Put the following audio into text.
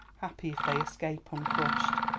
happy if they escape uncrushed.